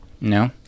no